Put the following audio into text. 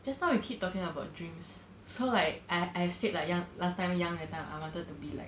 just now we keep talking about dreams so like I I've said like youn~ last time young that time I wanted to be like